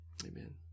Amen